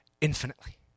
infinitely